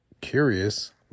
curious